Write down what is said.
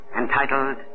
entitled